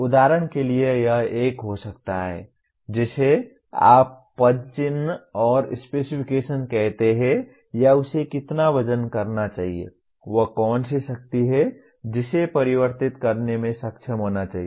उदाहरण के लिए यह एक हो सकता है जिसे आप पदचिह्न पर स्पेसिफिकेशन्स कहते हैं या उसे कितना वजन करना चाहिए वह कौन सी शक्ति है जिसे परिवर्तित करने में सक्षम होना चाहिए